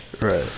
Right